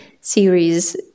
series